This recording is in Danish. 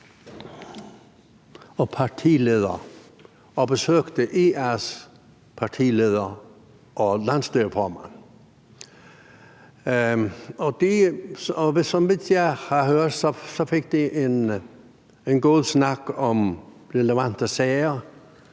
og partileder IA's partileder og landsstyreformand, og så vidt jeg har hørt, fik de en god snak om relevante sager